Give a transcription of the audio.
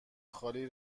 خالی